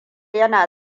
yana